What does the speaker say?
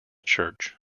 church